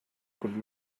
could